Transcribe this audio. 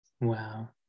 Wow